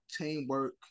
teamwork